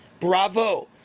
Bravo